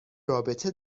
رابطه